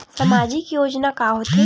सामाजिक योजना का होथे?